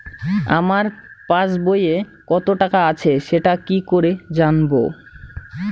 আমার পাসবইয়ে কত টাকা আছে সেটা কি করে জানবো?